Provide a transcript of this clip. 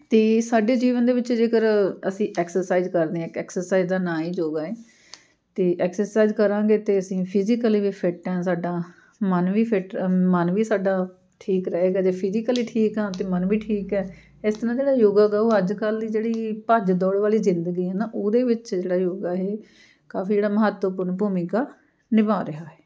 ਅਤੇ ਸਾਡੇ ਜੀਵਨ ਦੇ ਵਿੱਚ ਜੇਕਰ ਅਸੀਂ ਐਕਸਰਸਾਈਜ਼ ਕਰਦੇ ਹਾਂ ਐਕਸਰਸਾਈਜ਼ ਦਾ ਨਾਂ ਹੀ ਯੋਗਾ ਹੈ ਅਤੇ ਐਕਸਰਸਾਈਜ਼ ਕਰਾਂਗੇ ਤਾਂ ਅਸੀਂ ਫਿਜ਼ੀਕਲੀ ਵੀ ਫਿੱਟ ਹਾਂ ਸਾਡਾ ਮਨ ਵੀ ਫਿੱਟ ਮਨ ਵੀ ਸਾਡਾ ਠੀਕ ਰਹੇਗਾ ਜੇ ਫਿਜ਼ੀਕਲੀ ਠੀਕ ਹਾਂ ਤਾਂ ਮਨ ਵੀ ਠੀਕ ਹੈ ਇਸ ਤਰ੍ਹਾਂ ਜਿਹੜਾ ਯੋਗਾ ਗਾ ਉਹ ਅੱਜ ਕੱਲ੍ਹ ਦੀ ਜਿਹੜੀ ਭੱਜ ਦੌੜ ਵਾਲੀ ਜ਼ਿੰਦਗੀ ਆ ਨਾ ਉਹਦੇ ਵਿੱਚ ਜਿਹੜਾ ਯੋਗਾ ਇਹ ਕਾਫੀ ਜਿਹੜਾ ਮਹੱਤਵਪੂਰਨ ਭੂਮਿਕਾ ਨਿਭਾ ਰਿਹਾ ਹੈ